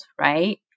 right